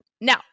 now